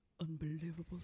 Unbelievable